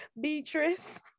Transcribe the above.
Beatrice